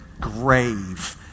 grave